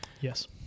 Yes